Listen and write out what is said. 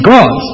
God